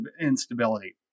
instability